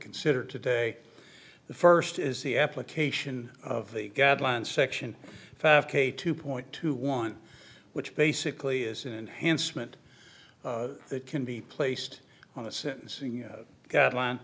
consider today the first is the application of the guidelines section five k two point two one which basically is an enhancement that can be placed on the sentencing guideline